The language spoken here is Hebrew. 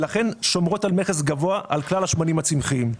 שומרות על מכס גבוה על כלל השמנים הצמחיים.